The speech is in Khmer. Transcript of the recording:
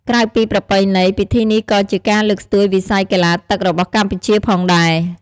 ក្រៅពីប្រពៃណី ពិធីនេះក៏ជាការលើកស្ទួយវិស័យកីឡាទឹករបស់កម្ពុជាផងដែរ។